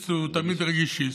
נגישיסט הוא תמיד רגישיסט.